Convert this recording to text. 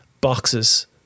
boxes